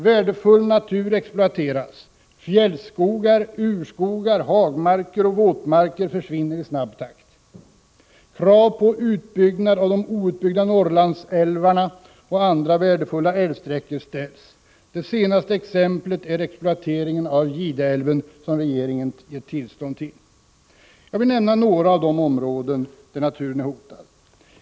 Värdefull natur exploateras. Fjällskogar, urskogar, hagmarker och våtmarker försvinner i snabb takt. Krav på utbyggnad av de outbyggda Norrlandsälvarna och andra värdefulla älvsträckor ställs. Det senaste exemplet är exploateringen av Gideälven, där regeringen gett tillstånd till utbyggnad. Jag vill nämna några av de områden där naturen är hotad.